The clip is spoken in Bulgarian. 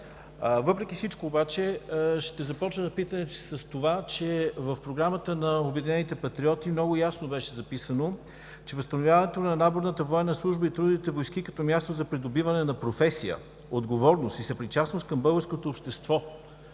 отбрана. Ще започна питането си с това, че в Програмата на „Обединените патриоти“ много ясно беше записано: „Възстановяването на наборната военна служба и трудовите войски, като място за придобиване на професия, отговорност и съпричастност към българското общество“